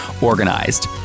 organized